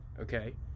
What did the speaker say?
okay